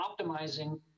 optimizing